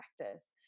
practice